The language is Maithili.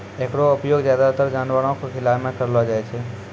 एकरो उपयोग ज्यादातर जानवरो क खिलाय म करलो जाय छै